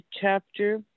chapter